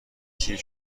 سیر